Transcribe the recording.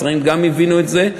השרים גם הבינו את זה,